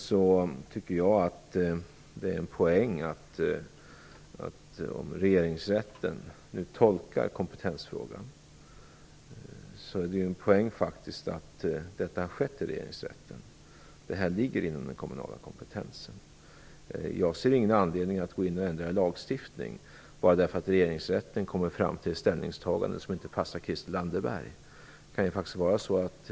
Om man i Regeringsrätten nu tolkar kompetensfrågan är det en poäng att detta har skett i Regeringsrätten. Detta ligger inom den kommunala kompetensen. Jag ser ingen anledning att ändra i lagstiftningen bara därför att regeringsrätten kommer fram till ett ställningstagande som inte passar Christel Anderberg.